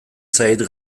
zait